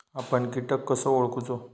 आपन कीटक कसो ओळखूचो?